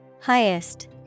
Highest